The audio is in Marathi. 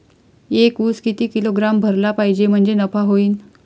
एक उस किती किलोग्रॅम भरला पाहिजे म्हणजे नफा होईन?